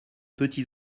petits